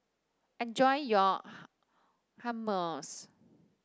enjoy your Hummus